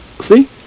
See